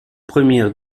première